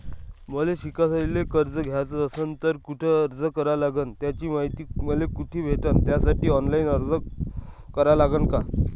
मले शिकायले कर्ज घ्याच असन तर कुठ अर्ज करा लागन त्याची मायती मले कुठी भेटन त्यासाठी ऑनलाईन अर्ज करा लागन का?